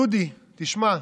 דודי, תשמע,